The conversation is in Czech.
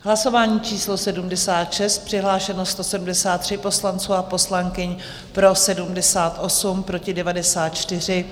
Hlasování číslo 76, přihlášeno 173 poslanců a poslankyň, pro 78, proti 94.